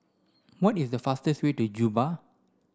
what is the fastest way to Juba